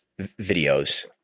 videos